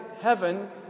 heaven